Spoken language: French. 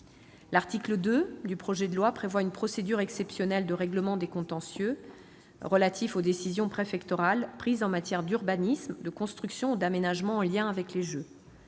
L'article 2 du projet de loi prévoit une procédure exceptionnelle de règlement des contentieux relatifs aux décisions préfectorales prises en matière d'urbanisme, de construction ou d'aménagement en lien avec les Jeux.